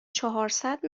چهارصد